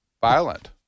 Violent